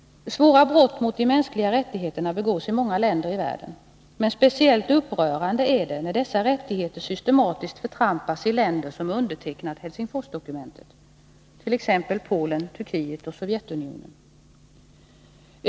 Svåra brott mot de mänskliga rättigheterna begås i många länder i världen. Speciellt upprörande är det dock när dessa rättigheter systematiskt förtrampas i länder som undertecknat Helsingforsdokumentet, t.ex. Polen, Turkiet och Sovjetunionen.